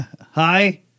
Hi